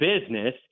business